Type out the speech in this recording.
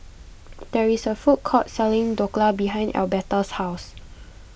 there is a food court selling Dhokla behind Elberta's house